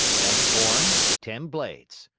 best horn, ten blades,